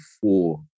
four